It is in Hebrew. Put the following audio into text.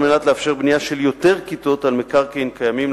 על מנת לאפשר בנייה של יותר כיתות על מקרקעין קיימים,